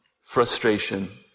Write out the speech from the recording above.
frustration